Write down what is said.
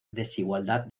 desigualdad